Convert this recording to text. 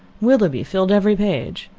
willoughby filled every page.